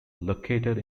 located